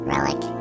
Relic